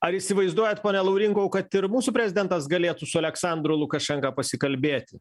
ar įsivaizduojat pone laurinkau kad ir mūsų prezidentas galėtų su aleksandru lukašenka pasikalbėti